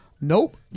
nope